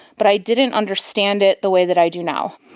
but i didn't understand it the way that i do now.